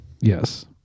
Yes